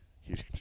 huge